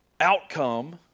outcome